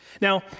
Now